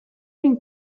این